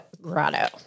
Grotto